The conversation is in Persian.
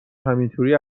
همینطوری